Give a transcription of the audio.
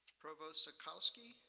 provost zukoski,